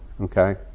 Okay